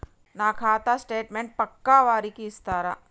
నా ఖాతా స్టేట్మెంట్ పక్కా వారికి ఇస్తరా?